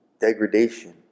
degradation